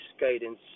guidance